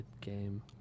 game